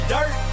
Dirt